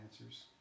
answers